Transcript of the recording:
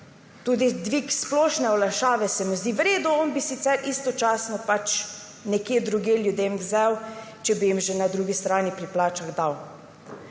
Tudi dvig splošne olajšave se mi zdi v redu. On bi sicer istočasno pač nekje drugje ljudem vzel, če bi jim že na drugi strani pri plačah dal.